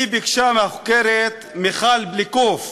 ביקשה מהחוקרת מיכל בליקוף